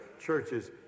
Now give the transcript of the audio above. churches